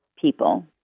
people